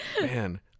man